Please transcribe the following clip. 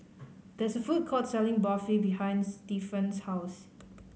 there is a food court selling Barfi behind Stefan's house